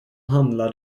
handlar